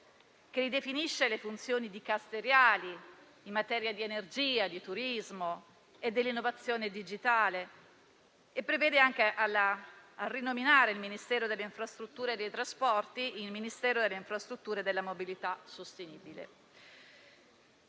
che ridefinisce le funzioni dicasteriali in materia di energia, turismo e di innovazione digitale e provvede a rinominare il Ministero delle infrastrutture e dei trasporti in Ministero delle infrastrutture e della mobilità sostenibile.